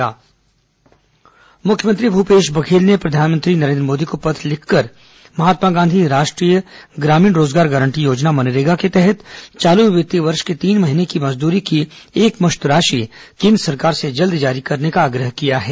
corona मुख्यमंत्री प्रधानमंत्री पत्र मुख्यमंत्री भूपेश बधेल ने प्रधानमंत्री नरेन्द्र मोदी को पत्र लिखकर महात्मा गांधी राष्ट्रीय ग्रामीण रोजगार गारंटी योजना मनरेगा के तहत चालू वित्तीय वर्ष के तीन महीने की मजदरी की एकमृश्त राशि केन्द्र सरकार से जल्द जारी करने का आग्रह किया हैं